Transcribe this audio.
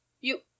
You